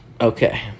Okay